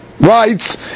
rights